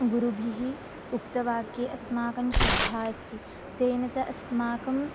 गुरुभिः उक्तवाक्ये अस्माकं श्रद्धा अस्ति तेन च अस्माकम्